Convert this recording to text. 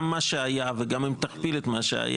גם מה שהיה וגם אם תכפיל את מה שהיה,